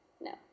No